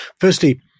Firstly